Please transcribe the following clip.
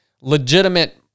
legitimate